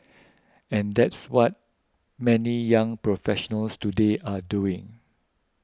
and that's what many young professionals today are doing